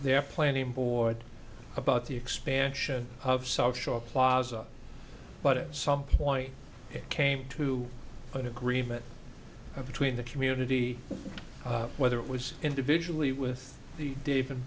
their planning board about the expansion of south shore plaza but at some point it came to an agreement between the community whether it was individually with the dave and